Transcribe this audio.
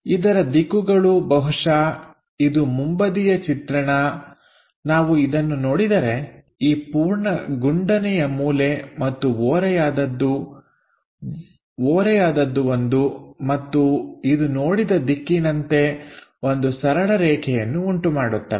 ಇದರ ದಿಕ್ಕುಗಳು ಬಹುಶಃ ಇದು ಮುಂಬದಿಯ ಚಿತ್ರಣ ನಾವು ಇದನ್ನು ನೋಡಿದರೆ ಈ ಪೂರ್ಣ ಗುಂಡನೆಯ ಮೂಲೆ ಮತ್ತು ಓರೆಯಾದದ್ದು ಒಂದು ಮತ್ತು ಇದು ನೋಡಿದ ದಿಕ್ಕಿನಂತೆ ಒಂದು ಸರಳ ರೇಖೆಯನ್ನು ಉಂಟುಮಾಡುತ್ತವೆ